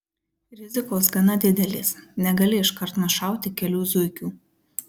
rizikos gana didelės negali iškart nušauti kelių zuikių